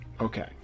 Okay